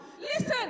Listen